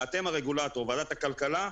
ואתם הרגולטור ועדת הכלכלה.